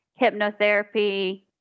hypnotherapy